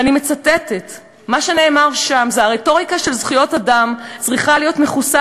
ואני מצטטת: "הרטוריקה של זכויות אדם צריכה להיות מכוסה